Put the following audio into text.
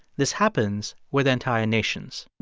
this happens with entire nations.